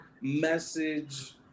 message